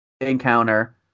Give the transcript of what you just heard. encounter